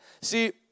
See